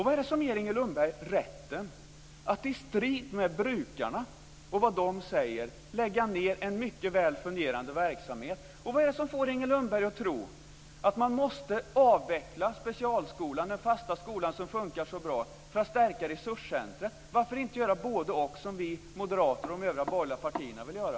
Vad är det som ger Inger Lundberg rätten att i strid med vad brukarna säger lägga ned en väl fungerande verksamhet? Vad är det som får Inger Lundberg att tro att man måste avveckla specialskolan, den fasta skolan som fungerar så bra, för att stärka resurscentrumet? Varför inte göra både och, som Moderaterna och de övriga borgerliga partierna vill göra?